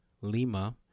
Lima